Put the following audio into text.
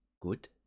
Good